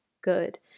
good